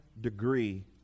degree